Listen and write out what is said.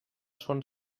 son